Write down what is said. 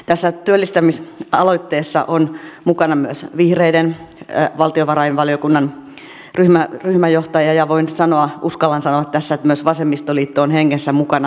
tässä työllistämisaloitteessa on mukana myös vihreiden valtiovarainvaliokunnan ryhmäjohtaja ja voin sanoa uskallan sanoa tässä että myös vasemmistoliitto on hengessä mukana